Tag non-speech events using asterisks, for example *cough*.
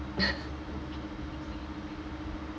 *laughs*